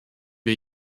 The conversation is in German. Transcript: wir